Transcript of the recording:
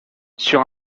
sur